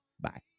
Bye